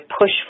push